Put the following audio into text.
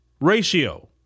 ratio